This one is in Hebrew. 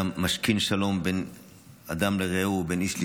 היה משכין שלום בן אדם לרעהו ובין איש לאשתו.